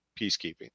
peacekeeping